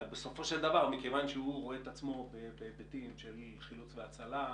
אבל בסופו של דבר מכיוון שהוא רואה את עצמו בהיבטים של חילוץ והצלה,